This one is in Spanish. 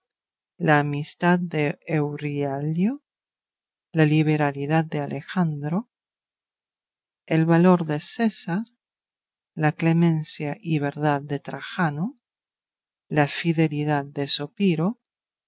la amistad de eurialio la liberalidad de alejandro el valor de césar la clemencia y verdad de trajano la fidelidad de zopiro